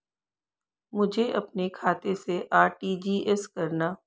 मुझे अपने खाते से आर.टी.जी.एस करना?